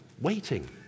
waiting